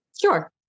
Sure